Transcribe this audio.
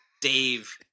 Dave